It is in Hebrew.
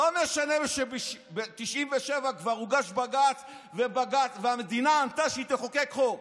לא משנה שב-1997 כבר הוגש בג"ץ והמדינה ענתה שהיא תחוקק חוק.